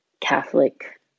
Catholic